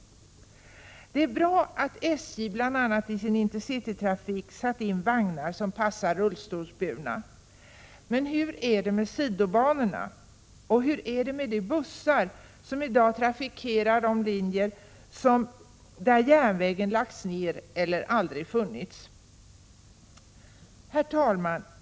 Det är bra att SJ bl.a. i sin intercity-trafik har satt in vagnar som passar rullstolsburna. Men hur är det med sidobanorna? Och hur är det med de bussar som i dag trafikerar de linjer där järnvägen lagts ned eller aldrig funnits? Herr talman!